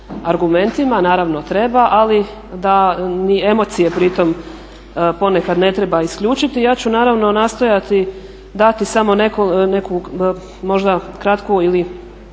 argumentima, naravno treba, ali da ni emocije pri tome ponekad ne treba isključiti. I ja ću naravno nastojati dati samo neku, možda kratku sliku